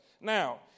Now